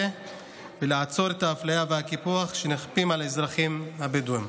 ולעצור את האפליה והקיפוח שנכפים על האזרחים הבדואים.